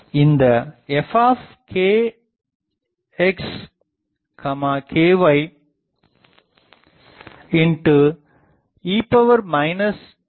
இந்தfkxky e jk